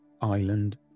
island